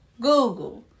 Google